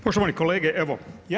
Poštovani kolege, evo.